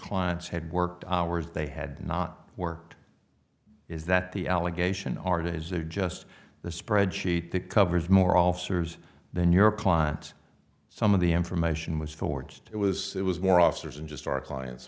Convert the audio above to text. clients had worked hours they had not worked is that the allegation are to his or just the spreadsheet that covers more officers than your clients some of the information was forged it was it was more officers and just our clients